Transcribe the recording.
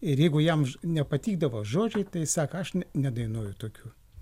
ir jeigu jam nepatikdavo žodžiai tai sako aš nedainuoju tokių jeigu blogas tekstas